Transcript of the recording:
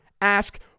ask